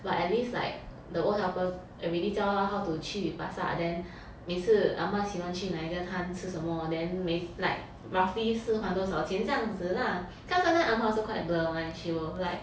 but at least like the old helper already 教他 how to 去巴刹 then 每次 ah ma 喜欢去哪一个摊吃什么 then 每 like roughly 吃饭多少钱这样子 lah sometimes ah ma also quite blur [one] she will like